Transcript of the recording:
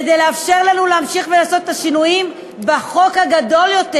כדי לאפשר לנו להמשיך לעשות את השינויים בחוק הגדול יותר,